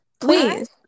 Please